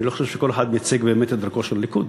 אני לא חושב שכל אחד מייצג באמת את דרכו של הליכוד.